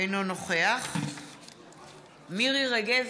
אינו נוכח מירי רגב,